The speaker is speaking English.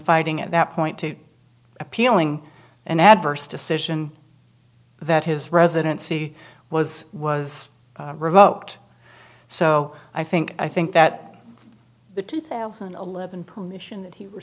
fighting at that point to appealing an adverse decision that his residency was was revoked so i think i think that the two thousand and eleven permission and he were